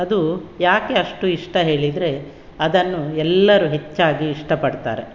ಅದು ಯಾಕೆ ಅಷ್ಟು ಇಷ್ಟ ಹೇಳಿದರೆ ಅದನ್ನು ಎಲ್ಲರು ಹೆಚ್ಚಾಗಿ ಇಷ್ಟಪಡ್ತಾರೆ